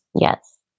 Yes